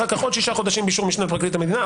אחר כך עוד שישה חודשים באישור משנה לפרקליט המדינה,